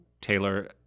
Taylor